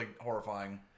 horrifying